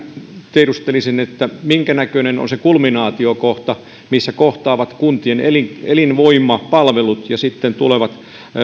tiedustelisin minkänäköinen on se kulminaatiokohta missä kohtaavat kuntien elinvoimapalvelut ja sitten